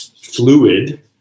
fluid